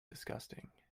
disgusting